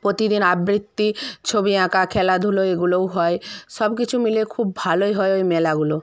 প্রতিদিন আবৃত্তি ছবি আঁকা খেলাধুলো এগুলোও হয় সব কিছু মিলে খুব ভালোই হয় ওই মেলাগুলো